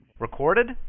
Recorded